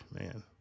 man